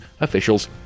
officials